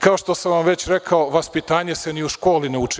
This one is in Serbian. Kao što sam vam već rekao, vaspitanje se ni u školi ne uči.